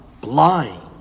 blind